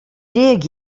dig